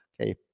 okay